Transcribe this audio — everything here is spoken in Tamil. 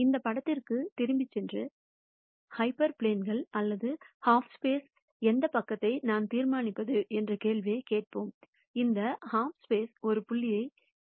இந்த படத்திற்குத் திரும்பிச் சென்று ஹைப்பர் பிளேன்கள் அல்லது ஒரு ஹாஃப்ஸ்பேஸ் எந்தப் பக்கத்தை நான் தீர்மானிப்பது என்ற கேள்வியைக் கேட்போம் எந்த ஹாஃப்ஸ்பேஸ் ஒரு புள்ளியை செய்கிறது